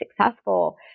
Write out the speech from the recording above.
successful